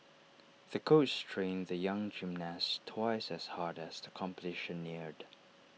the coach trained the young gymnast twice as hard as the competition neared